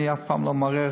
אני אף פעם לא מערער